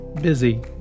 busy